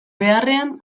beharrean